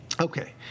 Okay